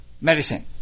medicine